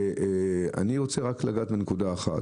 ואני רוצה רק לגעת בנקודה אחת,